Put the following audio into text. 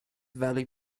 valley